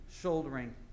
shouldering